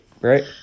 right